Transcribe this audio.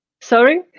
Sorry